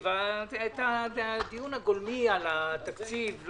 התקציב, החומר הגולמי על התקציב.